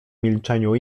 milczeniu